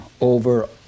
over